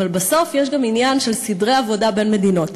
אבל בסוף יש גם עניין של סדרי עבודה בין מדינות.